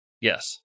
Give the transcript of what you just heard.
Yes